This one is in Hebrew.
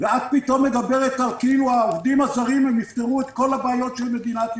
ואת פתאום מדברת כאילו העובדים הזרים יפתרו את הבעיות של מדינת ישראל.